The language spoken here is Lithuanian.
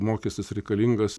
mokestis reikalingas